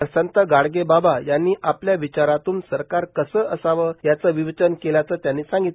तर संत गाडगेंबाबा यांनी आपल्या विचारातून सरकार कसे असावं यांचा विवेचन केल्याचं त्यांनी सांगीतले